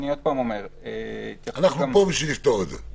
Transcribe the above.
אנחנו פה בשביל לפתור את זה.